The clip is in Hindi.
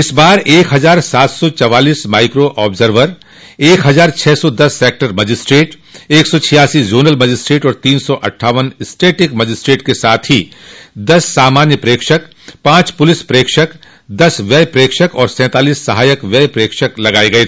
इस बार एक हजार सात सौ चौवालीस माइक्रो आब्जर्वर एक हजार छह सौ दस सेक्टर मजिस्ट्रेट एक सौ छियासी जोनल मजिस्ट्रेट और तीन सौ अट्ठावन स्टैटिक मजिस्ट्रेट के साथ ही दस सामान्य प्रेक्षक पांच पुलिस प्रेक्षक दस व्यय प्रेक्षक और सैंतालीस सहायक व्यय प्रेक्षक लगाये गये